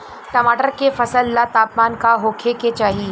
टमाटर के फसल ला तापमान का होखे के चाही?